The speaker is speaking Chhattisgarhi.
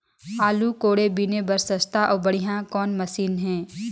आलू कोड़े बीने बर सस्ता अउ बढ़िया कौन मशीन हे?